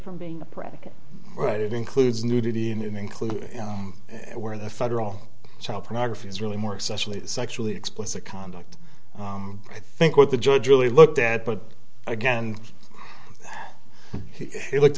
from being a predicate right it includes nudity and it includes where the federal child pornography is really more excessively sexually explicit conduct i think what the judge really looked at but again he looked